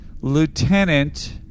Lieutenant